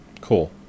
cool